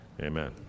Amen